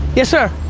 yes, sir.